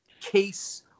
case